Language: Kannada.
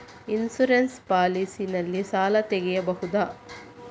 ಇನ್ಸೂರೆನ್ಸ್ ಪಾಲಿಸಿ ನಲ್ಲಿ ಸಾಲ ತೆಗೆಯಬಹುದ?